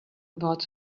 about